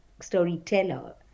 storyteller